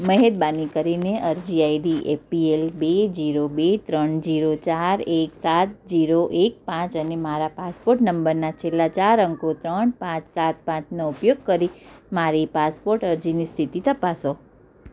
મહેરબાની કરીને અરજી આઈડી એપીએલ બે જીરો બે ત્રણ જીરો ચાર એક સાત જીરો એક પાંચ અને મારા પાસપોર્ટ નંબરના છેલ્લા ચાર અંકો ત્રણ પાંચ સાત પાંચનો ઉપયોગ કરી મારી પાસપોર્ટ અરજીની સ્થિતિ તપાસો